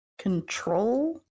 control